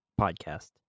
podcast